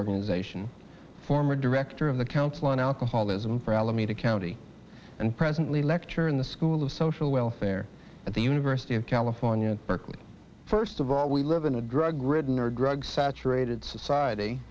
organization former director of the council on alcoholism for alameda county and presently lecturer in the school of social welfare at the university of california berkeley first of all we live in a drug ridden or drug saturated society